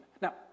Now